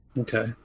Okay